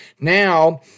Now